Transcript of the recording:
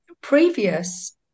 previous